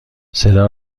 صدا